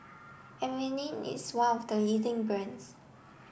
Avene is one of the leading brands